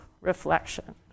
reflection